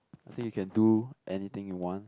I think you can do anything you want